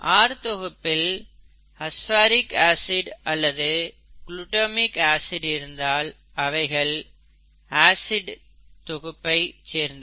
R தொகுப்பில் aspartic acid அல்லது glutamic acid இருந்தால் அவைகள் அசிடிக் தொகுப்பை சேர்ந்தவை